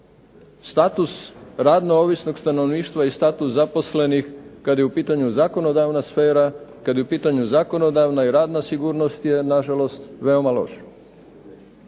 Status radno ovisnog stanovništva i status zaposlenih kad je u pitanju zakonodavna sfera, kad je u pitanju zakonodavna i radna sigurnost je nažalost veoma loše.